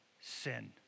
sin